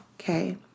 Okay